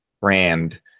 brand